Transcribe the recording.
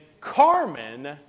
Carmen